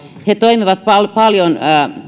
he toimivat paljon